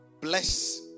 bless